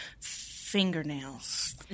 fingernails